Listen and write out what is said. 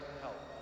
help